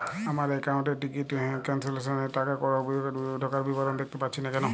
আমার একাউন্ট এ ticket cancellation এর টাকা ঢোকার বিবরণ দেখতে পাচ্ছি না কেন?